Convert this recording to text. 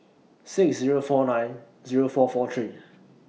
six Zero four nine Zero four four three